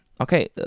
Okay